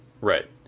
Right